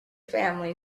family